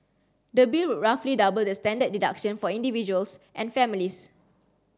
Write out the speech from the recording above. the bill would roughly double the standard deduction for individuals and families